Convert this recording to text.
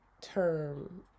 term